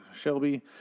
Shelby